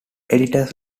editors